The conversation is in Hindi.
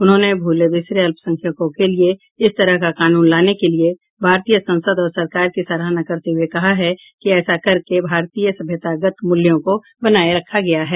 उन्होंने भूले बिसरे अल्पसंख्यकों के लिए इस तरह का कानून लाने के लिए भारतीय संसद और सरकार की सराहना करते हुए कहा है कि ऐसा करके भारतीय सभ्यतागत मूल्यों को बनाए रखा गया है